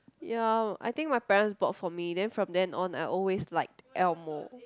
ya I think my parents bought for me then from then on I always like Elmo